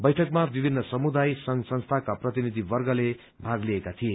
वैठकमा विभित्र समुदाय संघ संस्थाका प्रतिनिधिवर्गले भाग लिएका थिए